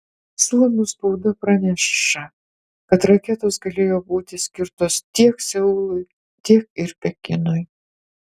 suomių spauda praneša kad raketos galėjo būti skirtos tiek seului tiek ir pekinui